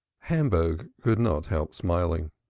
hamburg could not help smiling.